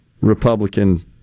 Republican –